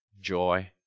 joy